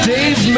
Dave